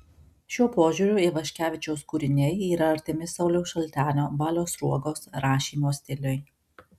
šiuo požiūriu ivaškevičiaus kūriniai yra artimi sauliaus šaltenio balio sruogos rašymo stiliui